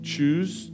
Choose